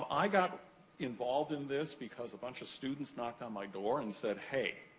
um i got involved in this because a bunch of students knocked on my door and said hey,